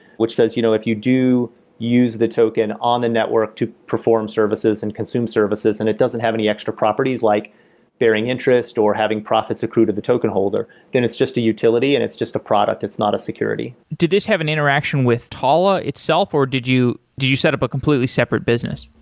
which says you know if you do use the token on the network to perform services and consume services and it doesn't have any extra properties like bearing interest, or having profits accrue to the token holder, then it's just a utility and it's just a product. it's not a security did this have an interaction with talla itself, or did you set up a completely separate business?